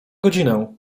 godzinę